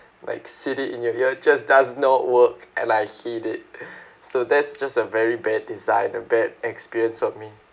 like sit it in your ear just does not work and I hate it so that's just a very bad design a bad experience for me